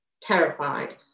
terrified